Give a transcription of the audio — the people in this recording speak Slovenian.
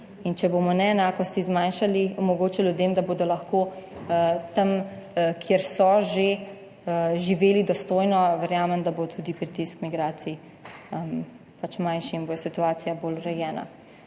če bomo neenakosti zmanjšali, omogočali ljudem, da bodo lahko tam, kjer so že živeli dostojno, verjamem, da bo tudi pritisk migracij pač manjši in bo situacija bolj urejena.